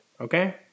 Okay